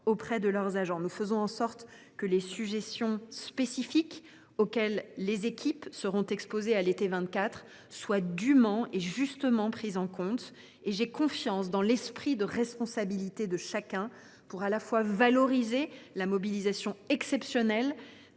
Nous faisons en sorte que les sujétions spécifiques auxquelles les équipes seront exposées à l’été 2024 soient dûment prises en compte. J’ai pleinement confiance dans l’esprit de responsabilité de chacun, pour valoriser la mobilisation exceptionnelle